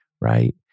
right